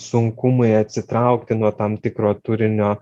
sunkumai atsitraukti nuo tam tikro turinio